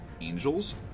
angels